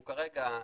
אנחנו כרגע,